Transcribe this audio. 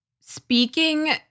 speaking